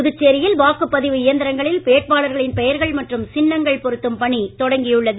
புதுச்சேரியில் வாக்குப்பதிவு இயந்திரங்களில் வேட்பாளர்களின் பெயர்கள் மற்றும் சின்னங்கள் பொருத்தும் பணி தொடங்கியுள்ளது